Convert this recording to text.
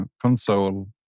console